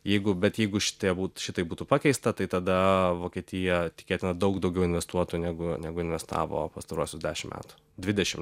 jeigu bet jeigu šitie būt šitaip būtų pakeista tai tada vokietija tikėtina daug daugiau investuotų negu negu investavo pastaruosius dešimt metų dvidešimt